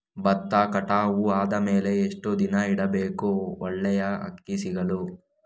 ಭತ್ತ ಕಟಾವು ಆದಮೇಲೆ ಎಷ್ಟು ದಿನ ಇಡಬೇಕು ಒಳ್ಳೆಯ ಅಕ್ಕಿ ಸಿಗಲು?